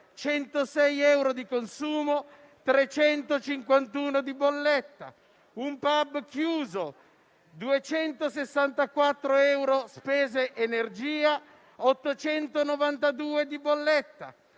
106 euro di consumo e 351 di bolletta. Un *pub* chiuso: 264 euro di spese per l'energia e 892 di bolletta.